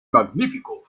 magnífico